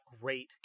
great